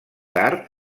tard